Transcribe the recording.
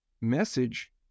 message